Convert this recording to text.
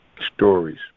stories